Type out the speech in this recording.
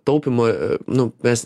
taupymo nu mes